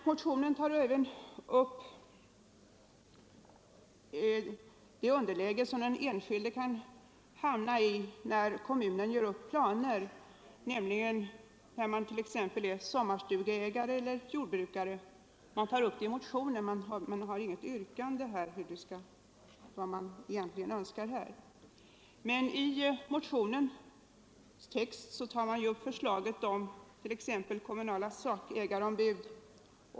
Motionärerna pekar även på det underläge som den enskilde — t.ex. en sommarstugeägare eller jordbrukare — kan hamna i när kommunen gör upp planer. De har inget yrkande som visar vad de egentligen önskar på den punkten, men i motionens text nämner de bl a. förslaget om kommunala sakägarombud.